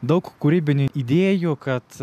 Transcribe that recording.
daug kūrybinių idėjų kad